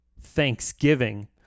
Thanksgiving